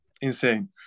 insane